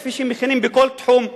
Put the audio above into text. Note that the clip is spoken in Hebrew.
כפי שמכינים בכל תחום,